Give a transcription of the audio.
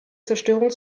zerstörung